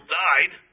died